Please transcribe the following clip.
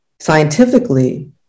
scientifically